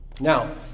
Now